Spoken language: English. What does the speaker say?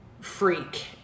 freak